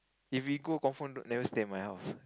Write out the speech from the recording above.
if we go confirm don't never stay at my house